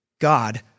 God